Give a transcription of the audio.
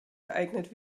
geeignet